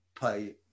pay